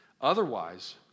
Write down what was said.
Otherwise